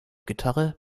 gitarre